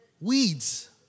Weeds